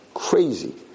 Crazy